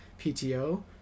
PTO